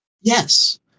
yes